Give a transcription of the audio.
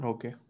Okay